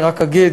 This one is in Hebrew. אני רק אגיד,